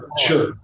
Sure